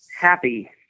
happy